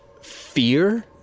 fear